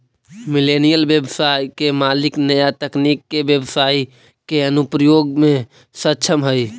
millennial व्यवसाय के मालिक नया तकनीका के व्यवसाई के अनुप्रयोग में सक्षम हई